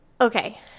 Okay